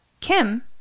Kim